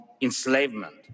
enslavement